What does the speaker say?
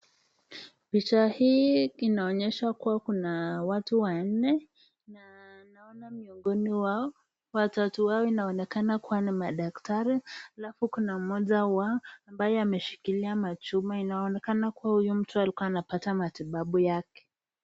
Picha hii inaonyesha kuwa kuna watu wanne na naona miongoni wao, watatu wao inaonekana kuwa ni madaktari, alafu kuna mmoja wao, ambaye ameshikilia machuma. Inaonekana kuwa huyu mtu alikuwa anapata matibabu yake.